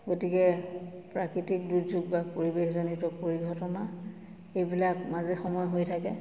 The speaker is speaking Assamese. গতিকে প্ৰাকৃতিক দুৰ্যোগ বা পৰিৱেশজনিত পৰিঘটনা এইবিলাক মাজে সময় হৈ থাকে